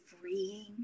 freeing